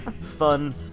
fun